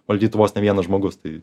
valdytų vos ne vienas žmogus tai